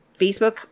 Facebook